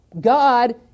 God